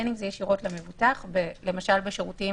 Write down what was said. למשל, בשירותים